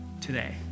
today